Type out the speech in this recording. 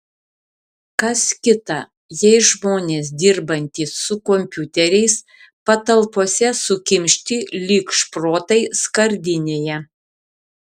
kas kita jei žmonės dirbantys su kompiuteriais patalpose sukimšti lyg šprotai skardinėje